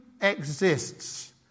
exists